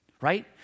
Right